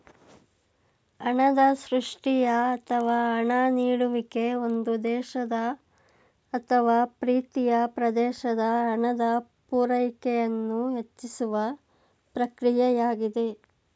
ಹಣದ ಸೃಷ್ಟಿಯ ಅಥವಾ ಹಣ ನೀಡುವಿಕೆ ಒಂದು ದೇಶದ ಅಥವಾ ಪ್ರೀತಿಯ ಪ್ರದೇಶದ ಹಣದ ಪೂರೈಕೆಯನ್ನು ಹೆಚ್ಚಿಸುವ ಪ್ರಕ್ರಿಯೆಯಾಗಿದೆ